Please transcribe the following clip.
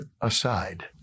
aside